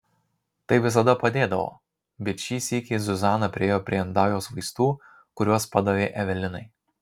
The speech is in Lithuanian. tai visada padėdavo bet šį sykį zuzana priėjo prie indaujos vaistų kuriuos padavė evelinai